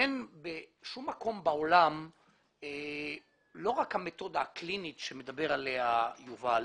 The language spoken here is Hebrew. אין בשום מקום בעולם לא רק המתודה הקלינית שמדבר עליה יובל,